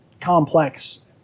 complex